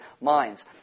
minds